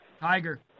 Tiger